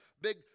big